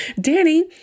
Danny